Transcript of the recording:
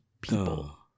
people